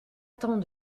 temps